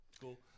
cool